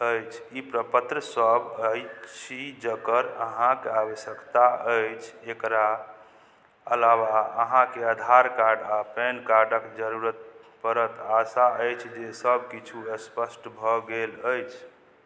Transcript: अछि ई प्रपत्र सब अछि जकर अहाँकेँ आवश्यकता अछि एकरा अलावा अहाँकेँ आधार कार्ड आओर पैन कार्डके जरूरत पड़त आशा अछि जे सबकिछु स्पष्ट भऽ गेल अछि